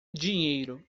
dinheiro